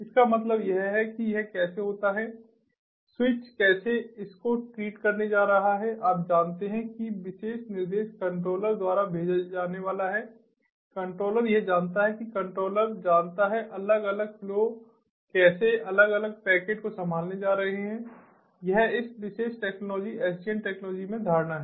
इसका मतलब यह है कि यह कैसे होता है स्विच कैसे इसको ट्रीट करने जा रहा है आप जानते हैं कि विशेष निर्देश कंट्रोलर द्वारा भेजा जाने वाला है कंट्रोलर यह जानता है कि कंट्रोलर जानता है अलग अलग फ्लो कैसे अलग अलग पैकेट को संभालने जा रहे हैं यह इस विशेष टेक्नोलॉजी SDN टेक्नोलॉजी में धारणा है